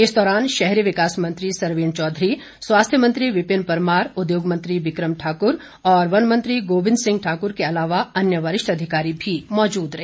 इस दौरान शहरी विकास मंत्री सरवीण चौधरी स्वास्थ्य मंत्री विपिन परमार उद्योग मंत्री बिक्रम ठाकुर और वन मंत्री गोबिंद सिंह ठाकुर के अलावा अन्य वरिष्ठ अधिकारी भी मौजूद रहे